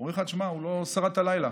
אומרים לך: תשמע, הוא לא שרד את הלילה.